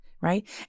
Right